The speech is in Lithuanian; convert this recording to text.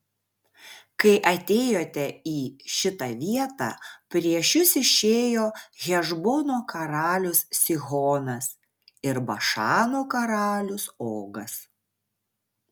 kai atėjote į šitą vietą prieš jus išėjo hešbono karalius sihonas ir bašano karalius ogas